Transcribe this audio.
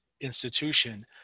institution